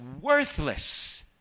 worthless